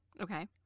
Okay